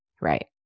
Right